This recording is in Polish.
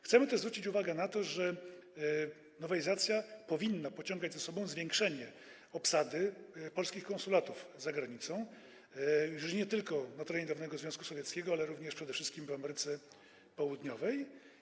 Chcemy też zwrócić uwagę na to, że nowelizacja powinna pociągać za sobą zwiększenie obsady polskich konsulatów za granicą, już nie tylko na terenie dawnego Związku Sowieckiego, ale również przede wszystkim w Ameryce Południowej.